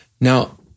Now